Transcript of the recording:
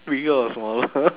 bigger or smaller